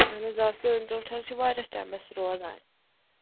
اَہَن حظ آ سٲنۍ ژوٚٹ حظ چھِ واریاہ ٹایمَس روزان